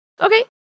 Okay